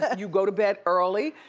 and you go to bed early.